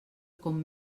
com